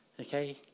Okay